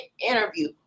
interview